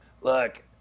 Look